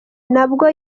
nabwo